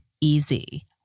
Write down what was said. easy